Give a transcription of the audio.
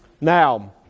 Now